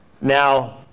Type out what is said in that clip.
Now